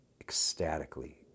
ecstatically